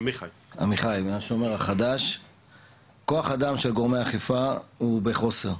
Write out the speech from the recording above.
כוח אדם של גורמי האכיפה הוא בחוסר.